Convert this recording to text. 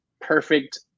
perfect